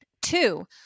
Two